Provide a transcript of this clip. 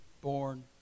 born